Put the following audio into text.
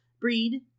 Breed